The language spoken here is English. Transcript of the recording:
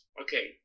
Okay